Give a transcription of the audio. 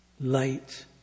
Light